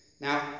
Now